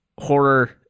horror